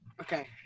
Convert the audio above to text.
Okay